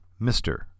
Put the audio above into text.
Mr